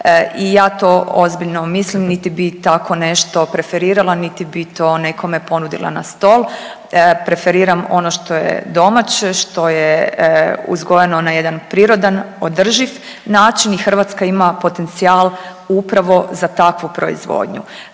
i ja to ozbiljno mislim niti bi tako nešto preferirala niti bi to nekome ponudila na stol. Preferiram ono što je domaće, što je uzgojeno na jedan prirodan, održiv način i Hrvatska ima potencijal upravo za takvu proizvodnju.